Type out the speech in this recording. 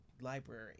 library